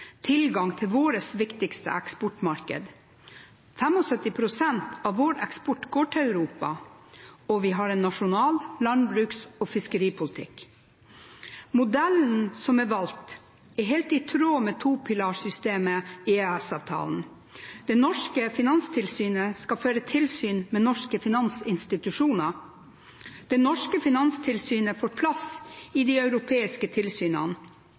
tilgang til våre viktigste eksportmarked. 75 pst. av vår eksport går til Europa, og vi har en nasjonal landbruks- og fiskeripolitikk. Modellen som er valgt, er helt i tråd med topilarsystemet EØS-avtalen. Det norske finanstilsynet skal føre tilsyn med norske finansinstitusjoner. Det norske finanstilsynet får plass i de europeiske tilsynene,